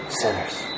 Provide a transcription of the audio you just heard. sinners